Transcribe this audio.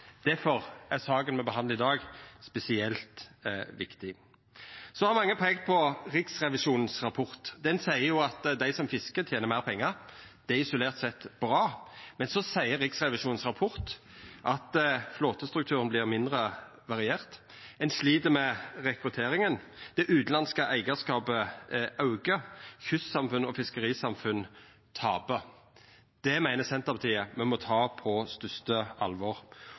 er saka me behandlar i dag, spesielt viktig. Mange har peikt på Riksrevisjonens rapport. Han seier at dei som fiskar, tener meir pengar. Det er isolert sett bra. Men så seier Riksrevisjonens rapport at flåtestrukturen vert mindre variert, at ein slit med rekrutteringa, at det utanlandske eigarskapet aukar. Kystsamfunn og fiskerisamfunn taper. Det meiner Senterpartiet me må ta på største alvor.